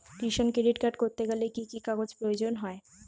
কিষান credit card করতে গেলে কি কি কাগজ প্রয়োজন হয়?